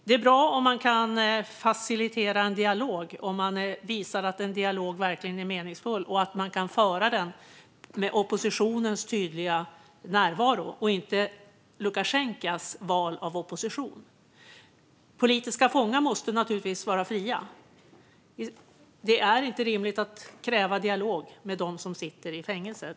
Det är bra om man kan facilitera en dialog, om man visar att en dialog verkligen är meningsfull och att man kan föra den med oppositionens tydliga närvaro och inte med Lukasjenkos val av opposition. Politiska fångar måste naturligtvis vara fria. Det är inte rimligt att kräva dialog med dem som sitter i fängelse.